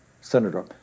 senator